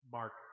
mark